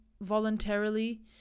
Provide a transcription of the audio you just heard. voluntarily